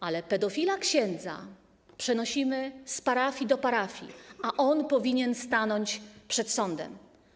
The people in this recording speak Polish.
Ale pedofila księdza przenosimy z parafii do parafii, a on powinien stanąć przed sądem.